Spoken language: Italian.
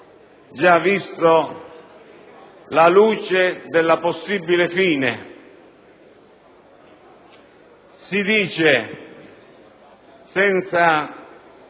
già visto la luce della possibile fine. Si dice, infatti,